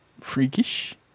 freakish